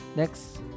Next